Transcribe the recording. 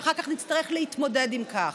ואחר כך נצטרך להתמודד עם זה,